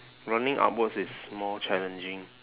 running upwards is more challenging